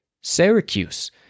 Syracuse